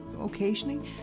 Occasionally